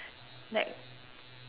like